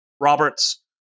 Roberts